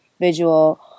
visual